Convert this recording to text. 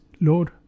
Lord